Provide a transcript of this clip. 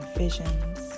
visions